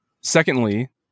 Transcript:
Secondly